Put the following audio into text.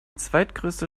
zweitgrößte